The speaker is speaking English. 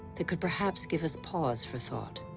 that could perhaps give us pause for thought.